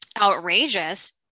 outrageous